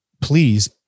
please